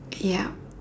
yup